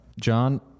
john